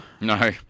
No